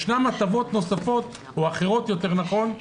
ישנן הטבות נוספות או אחרות יותר נכון,